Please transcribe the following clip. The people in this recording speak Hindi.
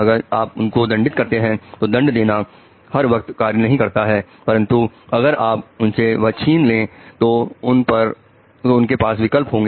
अगर आप उनको दंडित करते हैं तो दंड देना हर वक्त कार्य नहीं करता है परंतु अगर आप उनसे वह छीन ले तो उनके पास विकल्प होंगे